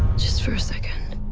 just for a second.